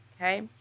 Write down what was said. Okay